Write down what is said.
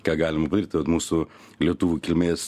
ką galima padaryt tai vat mūsų lietuvių kilmės